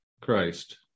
Christ